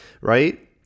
right